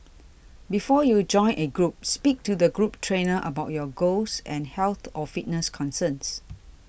before you join a group speak to the group trainer about your goals and health or fitness concerns